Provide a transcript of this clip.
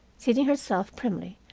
seating herself primly.